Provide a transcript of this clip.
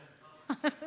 כן.